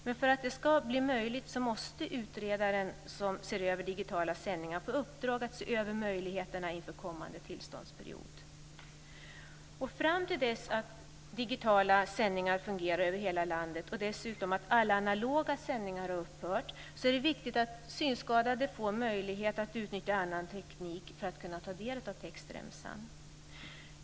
Men för att det ska bli möjligt måste utredaren som ser över digitala sändningar få i uppdrag att se över möjligheterna inför kommande tillståndsperiod. Fram till dess att digitala sändningar fungerar över hela landet, och dessutom att alla analoga sändningar har upphört, är det viktigt att synskadade får möjlighet att utnyttja annan teknik för att kunna ta del av textremsan.